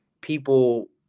people